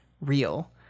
real